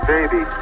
Baby